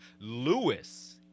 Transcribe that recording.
Lewis